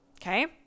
okay